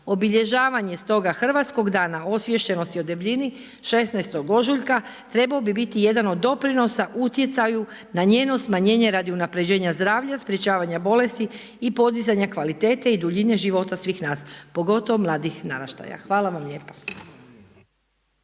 Obilježavanje stoga hrvatskog dana osviještenosti o debljini 16. ožujka trebao bi biti jedan od doprinosa utjecaju na njeno smanjenje radi unapređenja zdravlja, sprječavanja bolesti i podizanja kvaliteta i duljine života svih nas pogotovo mladih naraštaja. Hvala vam lijepa.